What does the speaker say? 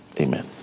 Amen